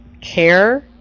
care